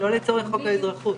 לא לצורך חוק האזרחות.